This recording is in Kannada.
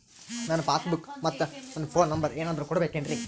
ನನ್ನ ಪಾಸ್ ಬುಕ್ ಮತ್ ನನ್ನ ಫೋನ್ ನಂಬರ್ ಏನಾದ್ರು ಕೊಡಬೇಕೆನ್ರಿ?